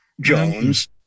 jones